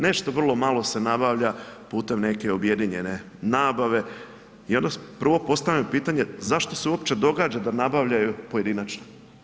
Nešto vrlo malo se nabavlja putem neke objedinjene nabave i onda prvo postavljam pitanje, zašto se uopće događa da nabavljaju pojedinačno?